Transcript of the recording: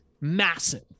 massive